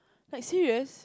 like serious